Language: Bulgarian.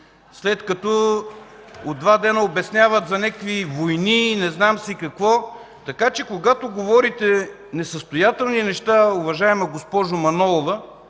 след като от два дена обясняват за някакви военни, не знам си какво. Така че когато говорите несъстоятелни неща, уважаема госпожо Манолова,